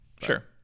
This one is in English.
Sure